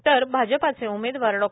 तर भाजपचे उमेदवार डॉ